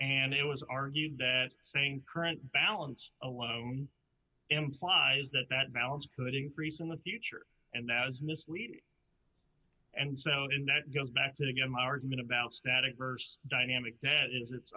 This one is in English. and it was argued that saying current balance alone implies that that balance could increase in the future and that is misleading and so in that goes back to again my argument about static versus dynamic that is it's